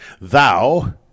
Thou